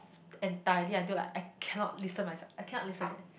entirely until like I cannot listen myself I cannot listen eh